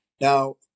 Now